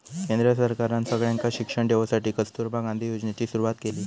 केंद्र सरकारना सगळ्यांका शिक्षण देवसाठी कस्तूरबा गांधी योजनेची सुरवात केली